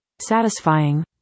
Satisfying